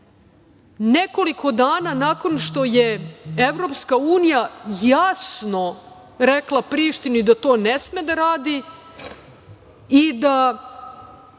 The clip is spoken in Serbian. nekoliko dana nakon što je EU jasno rekla Prištini da to ne sme da radi i da